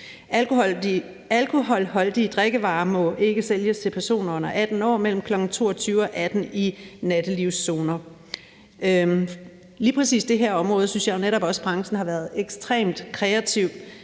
alkoholholdige drikkevarer må ikke sælges til personer under 18 år mellem kl. 22.00 og kl. 8.00 i nattelivszoner. På lige præcis det her område synes jeg jo netop også at branchen har været ekstremt kreativ.